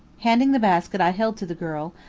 handing the basket i held to the girl,